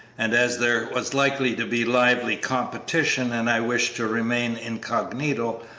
and as there was likely to be lively competition and i wished to remain incognito,